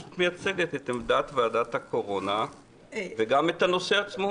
את מייצגת את עמדת ועדת הקורונה וגם את הנושא עצמו.